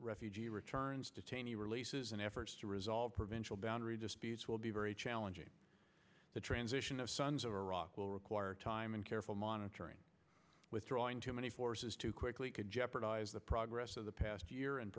refugee returns detainees releases and efforts to resolve provincial boundary disputes will be very challenging the transition of sons of iraq will require time and careful monitoring withdrawing too many forces too quickly could jeopardize the progress of the past year and